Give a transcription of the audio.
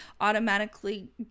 automatically